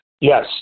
Yes